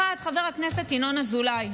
אחת, חבר הכנסת ינון אזולאי,